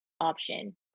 option